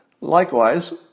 Likewise